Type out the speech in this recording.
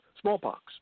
smallpox